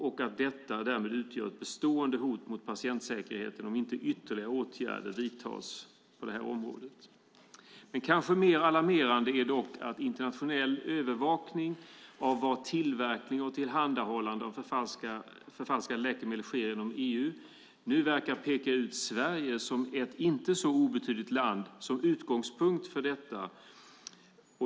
Detta utgör därmed ett bestående hot mot patientsäkerheten om inte ytterligare åtgärder vidtas på området. Kanske mer alarmerande är dock att internationell övervakning av var tillverkning och tillhandahållande av förfalskade läkemedel sker inom EU nu verkar peka ut Sverige som ett inte så obetydligt land som utgångspunkt för detta.